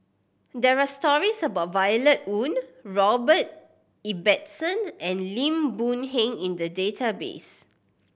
there are stories about Violet Oon Robert Ibbetson and Lim Boon Heng in the database